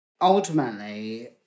Ultimately